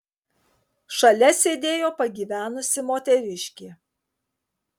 šalia sėdėjo pagyvenusi moteriškė